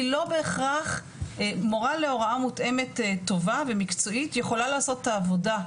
כי לא בהכרח מורה להוראה מותאמת טובה ומקצועית יכולה לעשות את העבודה,